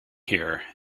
here